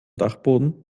dachboden